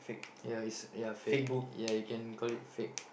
ya it's ya fake ya you can call it fake